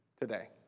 today